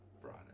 Friday